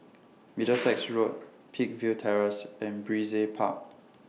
Middlesex Road Peakville Terrace and Brizay Park